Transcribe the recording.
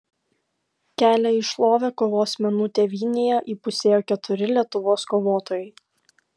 kelią į šlovę kovos menų tėvynėje įpusėjo keturi lietuvos kovotojai